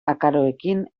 akaroekin